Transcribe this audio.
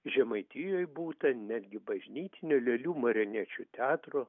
žemaitijoj būta netgi bažnytinio lėlių marionečių teatro